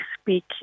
speak